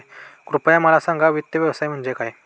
कृपया मला सांगा वित्त व्यवसाय म्हणजे काय?